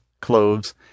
cloves